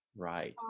right.